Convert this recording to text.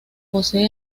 posee